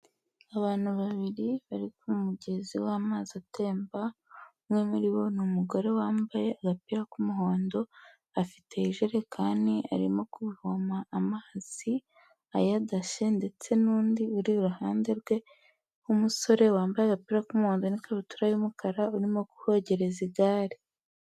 Abantu babiri bari ku mugezi w'amazi atemba, umwe muri bo ni umugore wambaye agapira k'umuhondo, afite ijerekani arimo kuvoma amazi ayadashe ndetse n'undi uri iruhande rwe w'umusore wambaye agapira k'umuhodo n'ikabutura y'umukara urimo kuhogereza igare.